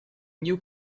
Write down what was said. new